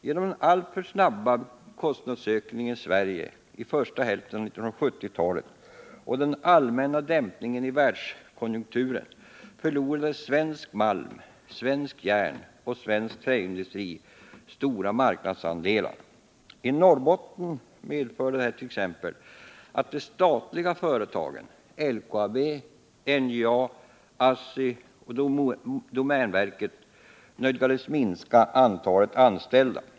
Genom den alltför snabba kostnadsökningen i Sverige under första hälften av 1970-ta!et och den allmänna dämpningen i världskonjunkturen förlorade svensk malm, svenskt järn och svensk träindustri stora marknadsandelar. I Norrbotten medförde detta att de statliga företagen LKAB, NJA, ASSI och domänverket nödgades minska antalet anställda.